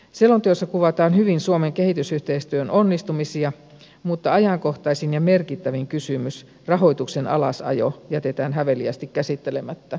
selonteossa kuvataan hyvin suomen kehitysyhteistyön onnistumisia mutta ajankohtaisin ja merkittävin kysymys rahoituksen alasajo jätetään häveliäästi käsittelemättä